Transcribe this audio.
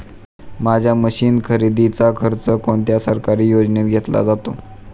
माझ्या मशीन खरेदीचा खर्च कोणत्या सरकारी योजनेत घेतला जातो?